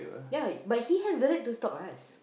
ya but he has the right to stop us